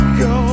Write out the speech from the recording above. go